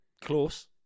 close